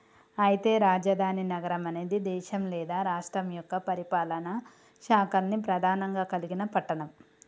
అయితే రాజధాని నగరం అనేది దేశం లేదా రాష్ట్రం యొక్క పరిపాలనా శాఖల్ని ప్రధానంగా కలిగిన పట్టణం